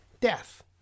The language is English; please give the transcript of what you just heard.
Death